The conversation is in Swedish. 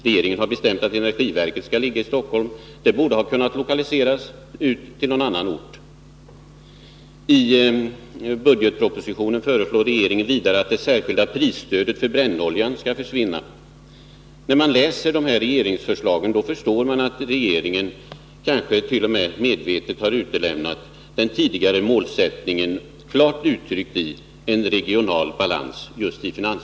Regeringen har bestämt att energiverket skall ligga i Stockholm. Det borde ha kunnat lokaliseras ut till någon annan ort. I budgetpropositionen föreslår regeringen vidare att det särskilda prisstödet till brännolja skall försvinna. När man läser dessa regeringsförslag förstår man att regeringen, kanske t.o.m. medvetet, i finansplanen har utelämnat den tidigare klart uttryckta målsättningen om regional balans.